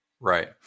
Right